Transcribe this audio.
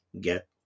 get